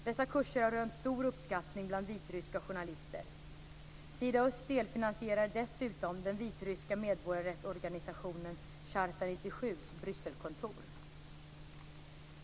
Dessa kurser har rönt stor uppskattning bland vitryska journalister. Sida-Öst delfinansierar dessutom den vitryska medborgarrättsorganisationen Charta 97:s Brysselkontor.